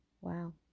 wow